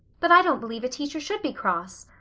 but i don't believe a teacher should be cross.